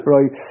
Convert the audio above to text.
Right